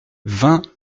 vingt